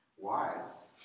Wives